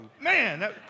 Man